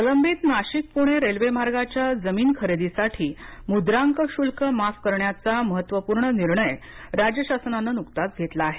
प्रलंबित नाशिक पूणे रेल्वे मार्गाच्या जमीन खरेदीसाठी मुद्रांक शुल्क माफ करण्याचा महत्वपूर्ण निर्णय राज्य शासनानं नुकताच घेतला आहे